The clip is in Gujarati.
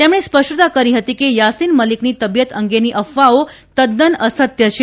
તેમણે સ્પષ્ટતા કરી હતી કે યાસીન મલીકની તબીયત અંગેની અફવાઓ તદ્દન અસત્ય છે